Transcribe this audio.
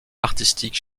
artistique